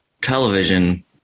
television